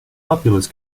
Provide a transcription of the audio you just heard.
populous